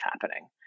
happening